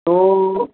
તો